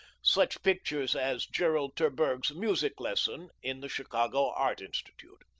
such pictures as gerard terburg's music lesson in the chicago art institute.